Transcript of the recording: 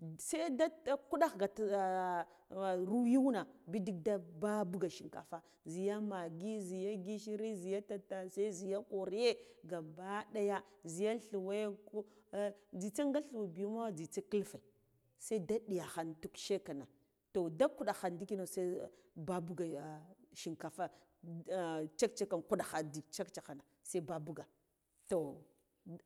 Ni sai da kuɗagh ru yuw na bidig da babuga shin kafa zhiga naghi zliya gishiri zliya tattase zhiya koriye gabba ɗaya zhiya thuwe ch ngitss nga thuwe bi ma nzitss kilfe saida nɗi yakha ntuk shekana to da ku ɗakha ndikina se ba buga shinkafa chack chakc kuɗa kha ndik chack chackha na se babuga toh